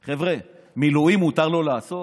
חבר'ה, מילואים מותר לו לעשות?